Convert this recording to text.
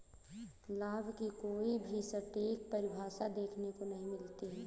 लाभ की कोई भी सटीक परिभाषा देखने को नहीं मिलती है